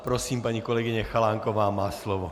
Prosím paní kolegyně Chalánková má slovo.